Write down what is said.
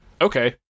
Okay